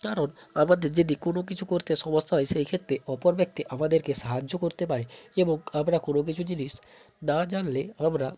কারণ আমাদের যেদি কোনো কিছু করতে সমস্যা হয় সেইক্ষেত্রে অপর ব্যক্তি আমাদেরকে সাহায্য করতে পারে এবং আমরা কোনো কিছু জিনিস না জানলে আমরা